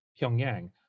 Pyongyang